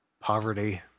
poverty